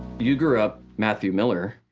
you grew up matthew miller.